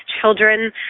children